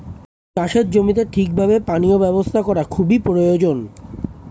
চাষের জমিতে ঠিক ভাবে পানীয় ব্যবস্থা করা খুবই প্রয়োজন